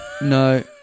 No